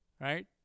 Right